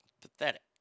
Pathetic